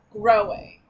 growing